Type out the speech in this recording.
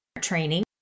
training